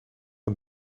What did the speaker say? een